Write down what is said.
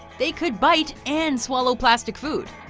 they could bite and swallow plastic food,